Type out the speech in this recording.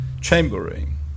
chambering